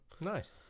nice